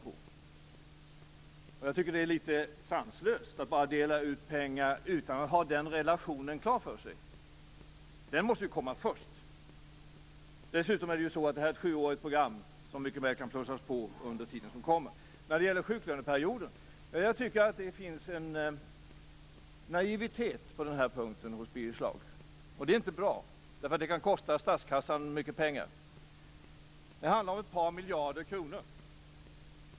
Jag tycker att det är litet sanslöst att bara dela ut pengar utan att ha den här relationen klar för sig. Den måste komma först. Dessutom är det här ett sjuårigt program, som mycket väl kan plussas på under tider som kommer. När det gäller sjuklöneperioden tycker jag att det finns en naivitet hos Birger Schlaug. Det är inte bra, eftersom det kan komma att kosta statskassan mycket pengar. Det handlar om ett par miljarder kronor.